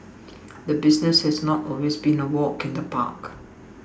the business has not always been a walk in the park